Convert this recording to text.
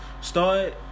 Start